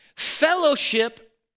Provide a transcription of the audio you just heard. fellowship